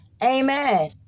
Amen